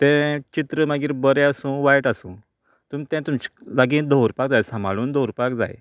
तें चित्र मागीर बरें आसूं वायट आसूं तुमीं तें तुमचें लागीं दवरपा जाय सांबाळून दवरपाक जाय